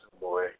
boy